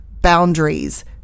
boundaries